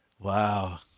Wow